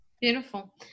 Beautiful